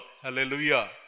Hallelujah